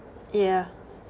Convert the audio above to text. yeah